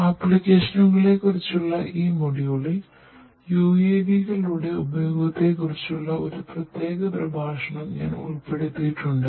ആപ്ലിക്കേഷനുകളെക്കുറിച്ചുള്ള ഈ മൊഡ്യൂളിൽ UAV കളുടെ ഉപയോഗത്തെക്കുറിച്ചുള്ള ഒരു പ്രത്യേക പ്രഭാഷണം ഞാൻ ഉൾപ്പെടുത്തിയിട്ടുണ്ട്